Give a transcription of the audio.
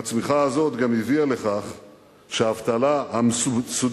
והצמיחה הזאת גם הביאה לכך שהאבטלה המסודרת,